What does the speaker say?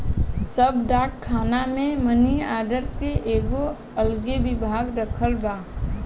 सब डाक खाना मे मनी आर्डर के एगो अलगे विभाग रखल बा